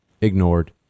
Ignored